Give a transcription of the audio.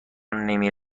نمی